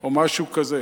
או משהו כזה.